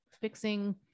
fixing